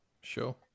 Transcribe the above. Sure